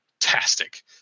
fantastic